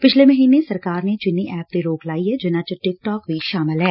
ਪਿਛਲੇ ਮਹੀਨੇ ਸਰਕਾਰ ਨੇ ਚੀਨੀ ਐਪਸ ਤੇ ਰੋਕ ਲਾਈ ਏ ਜਿਨਾਂ ਚ ਟਿੱਕ ਟਾਕ ਵੀ ਸ਼ਾਮਲ ਐ